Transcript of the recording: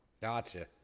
Gotcha